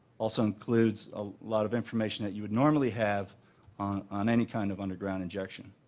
also includes a lot of information that you normally have on any kind of underground injection.